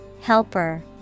Helper